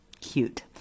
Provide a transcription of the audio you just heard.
Cute